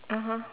(uh huh)